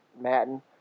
Madden